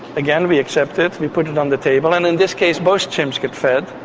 again, we accept it, we put it on the table, and in this case both chimps get fed.